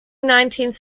nineteenth